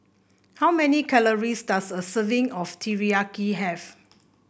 how many calories does a serving of Teriyaki have